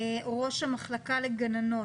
ראש המחלקה לגננות,